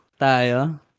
tayo